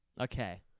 Okay